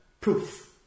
proof